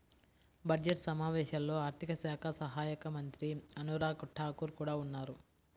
budget సమావేశాల్లో ఆర్థిక శాఖ సహాయక మంత్రి అనురాగ్ ఠాకూర్ కూడా ఉన్నారు